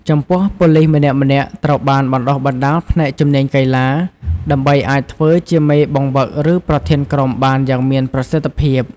ចំពោះប៉ូលីសម្នាក់ៗត្រូវបានបណ្តុះបណ្តាលផ្នែកជំនាញកីឡា ដើម្បីអាចធ្វើជាមេបង្វឹកឬប្រធានក្រុមបានយ៉ាងមានប្រសិទ្ធិភាព។